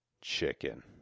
chicken